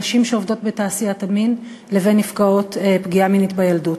נשים שעובדות בתעשיית המין לבין נפגעות פגיעה מינית בילדות.